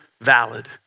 valid